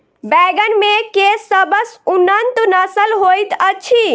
बैंगन मे केँ सबसँ उन्नत नस्ल होइत अछि?